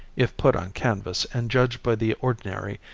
if put on canvas and judged by the ordinary,